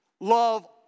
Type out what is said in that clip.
Love